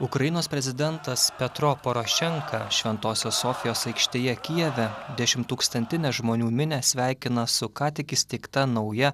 ukrainos prezidentas petro porošenka šventosios sofijos aikštėje kijeve dešimttūkstantinę žmonių minią sveikina su ką tik įsteigta nauja